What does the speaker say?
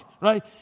right